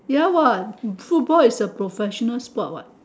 ya what football is a professional sport what